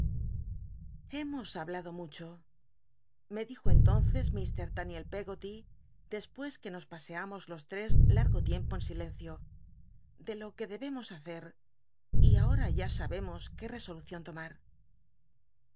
hemos hablado muchq me dijo entonces ilr daniel pcggoty despues que nos paseamos los tres largo tiempo en silencio de lo que debemos hacer y ahora ya sabemos qué rcsol ucion tomar